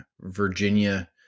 Virginia